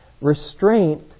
Restraint